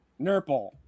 Nurple